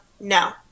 no